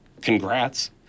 Congrats